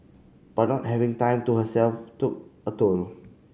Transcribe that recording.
but not having time to herself took a toll